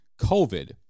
COVID